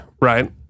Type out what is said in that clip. right